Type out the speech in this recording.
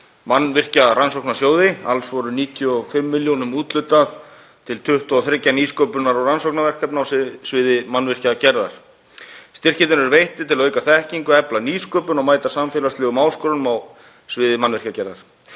mannvirkjarannsóknasjóði. Alls var 95 milljónum úthlutað til 23 nýsköpunar- og rannsóknarverkefna á sviði mannvirkjagerðar. Styrkirnir eru veittir til að auka þekkingu og efla nýsköpun og mæta samfélagslegum áskorunum á sviði mannvirkjagerðar.